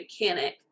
mechanic